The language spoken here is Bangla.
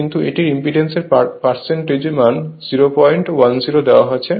কিন্তু এটির ইম্পিডেন্স এর পার্সেন্টেজ মান 010 দেওয়া আছে